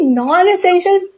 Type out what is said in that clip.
non-essential